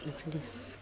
बेफोरबायदि